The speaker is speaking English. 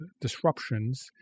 disruptions